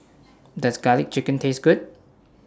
Does Garlic Chicken Taste Good